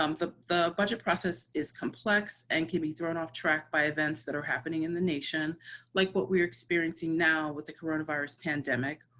um the, the budget process is complex and can be thrown off track by events that are happening in the nation like what we're experiencing now with the coronavirus pandemic,